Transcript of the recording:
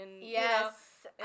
Yes